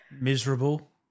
miserable